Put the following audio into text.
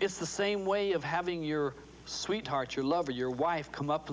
it's the same way of having your sweetheart your lover your wife come up